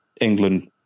England